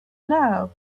now